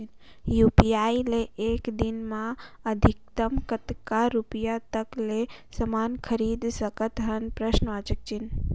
UPI ले एक दिन म अधिकतम कतका रुपिया तक ले समान खरीद सकत हवं?